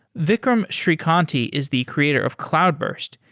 vikram sreekanti is the creator of cloudburst,